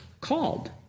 Called